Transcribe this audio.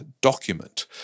document